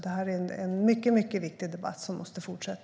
Detta är en mycket viktig debatt som måste fortsätta.